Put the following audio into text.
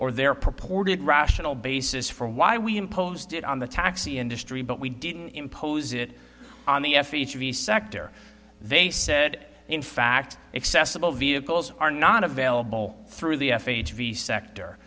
or their purported rational basis for why we imposed it on the taxi industry but we didn't impose it on the f each of the sector they said in fact accessible vehicles are not available through the f h v sector